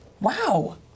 Wow